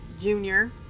junior